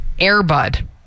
Airbud